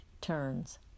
turns